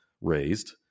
Raised